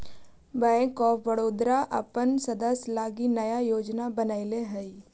bank of Baroda अपन सदस्य लगी नया योजना बनैले हइ